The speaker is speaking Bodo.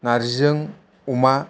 नार्जिजों अमा